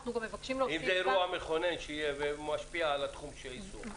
אם זה אירוע מכונן שמשפיע על תחום האיסור.